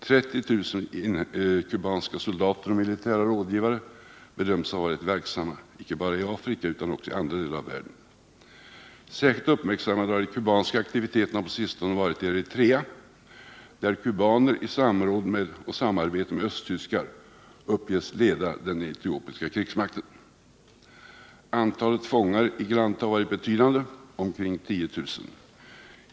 30 000 kubanska soldater och militära rådgivare bedöms ha varit verksamma icke bara i Afrika utan också i andra delar av världen. Särskilt uppmärksammade har på sistone varit de kubanska aktiviteterna i Eritrea, där kubaner i samarbete med östtyskar uppges leda den etiopiska krigsmakten. Antalet politiska fånger i Cuba har varit betydande — omkring 10 000.